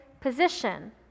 position